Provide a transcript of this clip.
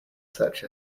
such